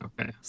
Okay